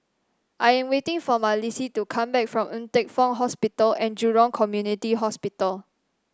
I am waiting for Malissie to come back from Ng Teng Fong Hospital and Jurong Community Hospital